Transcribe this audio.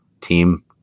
team